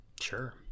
Sure